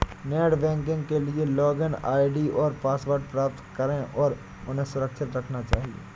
net banking के लिए login ID और पासवर्ड प्राप्त करें और उन्हें सुरक्षित रखना चहिये